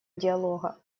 диалога